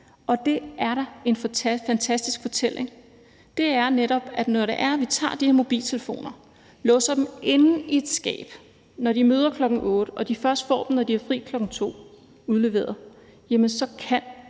og det er da en fantastisk fortælling. Det er netop, at når vi tager de her mobiltelefoner, låser dem inde i et skab, når de møder kl. 8.00, og de får dem først udleveret, når de har fri kl. 14.00, så kan